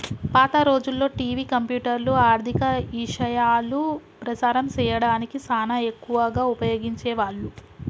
పాత రోజుల్లో టివి, కంప్యూటర్లు, ఆర్ధిక ఇశయాలు ప్రసారం సేయడానికి సానా ఎక్కువగా ఉపయోగించే వాళ్ళు